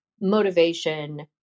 motivation